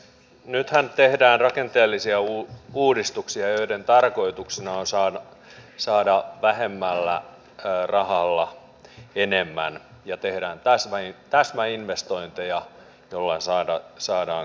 nythän tehdään rakenteellisia uudistuksia joiden tarkoituksena on saada vähemmällä rahalla enemmän ja tehdään täsmäinvestointeja joilla saadaan kasvua